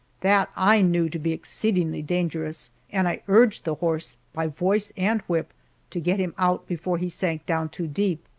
that i knew to be exceedingly dangerous, and i urged the horse by voice and whip to get him out before he sank down too deep,